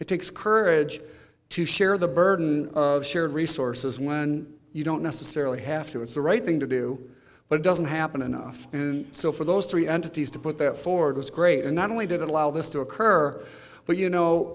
it takes courage to share the burden of shared resources when you don't necessarily have to it's the right thing to do but it doesn't happen enough so for those three entities to put that forward was great and not only didn't allow this to occur but you know